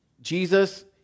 Jesus